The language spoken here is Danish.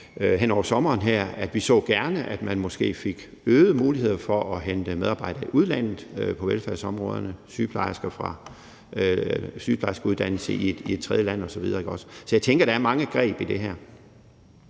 hen over sommeren italesat, at vi gerne så, at man måske fik øgede muligheder for at hente medarbejdere i udlandet på velfærdsområderne, altså sygeplejersker, der er uddannet i et tredjeland osv. Så jeg tænker, der er mange greb i det her.